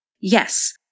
Yes